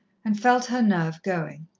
and felt her nerve going.